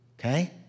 okay